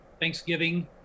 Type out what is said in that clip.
thanksgiving